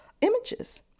images